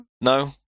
No